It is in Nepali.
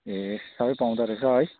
ए सबै पाउँदोरहेछ है